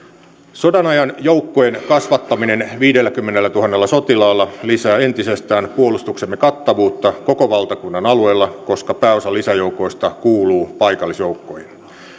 sodanajan joukkojen kasvattaminen viidelläkymmenellätuhannella sotilaalla lisää entisestään puolustuksemme kattavuutta koko valtakunnan alueella koska pääosa lisäjoukoista kuuluu paikallisjoukkoihin